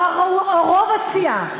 או רוב הסיעה,